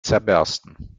zerbersten